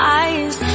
eyes